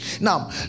Now